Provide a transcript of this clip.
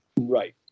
Right